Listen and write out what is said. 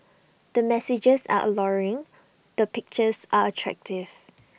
the messages are alluring the pictures are attractive